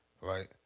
Right